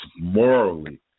morally